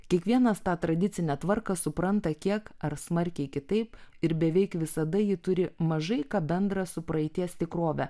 kiekvienas tą tradicinę tvarką supranta kiek ar smarkiai kitaip ir beveik visada ji turi mažai ką bendra su praeities tikrove